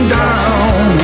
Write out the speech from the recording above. down